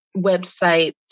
websites